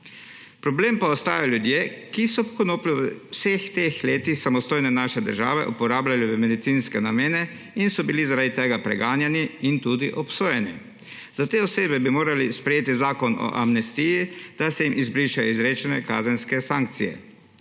Problem pa ostajajo ljudje, ki so konopljo v vseh teh letih naše samostojne države uporabljali v medicinske namene in so bili zaradi tega preganjani in tudi obsojeni. Za te osebe bi morali sprejeli zakon o amnestiji, da se jim izbrišejo izrečene kazenske sankcije.